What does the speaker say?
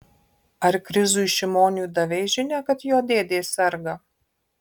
ar krizui šimoniui davei žinią kad jo dėdė serga